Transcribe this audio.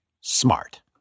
smart